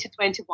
2021